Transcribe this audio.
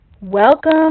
welcome